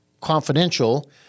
confidential